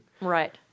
Right